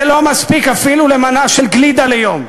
זה לא מספיק אפילו למנה של גלידה ליום.